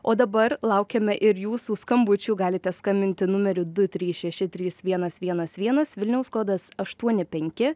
o dabar laukiame ir jūsų skambučių galite skambinti numeriu du trys šeši trys vienas vienas vienas vilniaus kodas aštuoni penki